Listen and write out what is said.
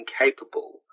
incapable